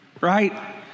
right